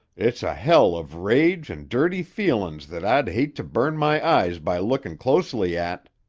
it's a hell of rage and dirty feelin's that i'd hate to burn my eyes by lookin' closely at.